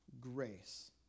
grace